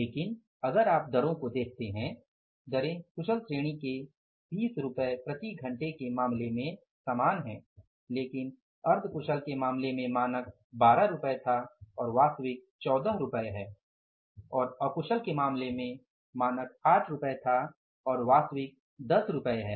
लेकिन अगर आप दरों को देखते हैं दरें कुशल श्रेणी के 20 रुपये प्रति घंटे के मामले में समान हैं लेकिन अर्ध कुशल के मामले में मानक 12 रुपये था और वास्तविक 14 रुपये हैं और अकुशल के मामले में मानक 8 रुपये था और वास्तविक 10 रुपये है